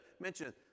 mention